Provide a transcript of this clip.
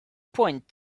point